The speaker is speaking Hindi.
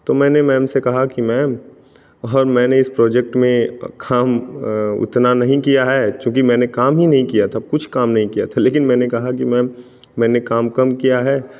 तो मैंने मैम से कहा कि मैम और मैंने इस प्रोजेक्ट में काम उतना नहीं किया है चूंकि मैंने काम ही नहीं किया था कुछ काम नहीं किया था लेकिन मैंने कहा कि मैम मैंने काम कम किया है